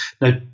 Now